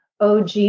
og